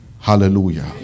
Hallelujah